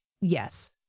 Yes